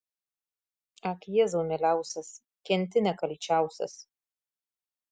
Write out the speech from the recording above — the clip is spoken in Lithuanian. ak jėzau mieliausias kenti nekalčiausias